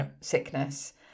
sickness